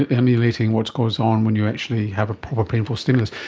ameliorating what goes on when you actually have a proper painful stimulus.